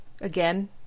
Again